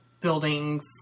buildings